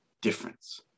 difference